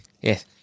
yes